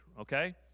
okay